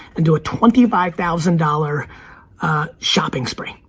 and do a twenty five thousand dollars shopping spree.